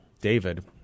David